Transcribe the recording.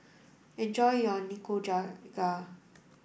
enjoy your Nikujaga